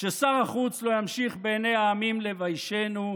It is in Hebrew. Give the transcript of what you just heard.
ששר החוץ לא ימשיך בעיני העמים לביישנו,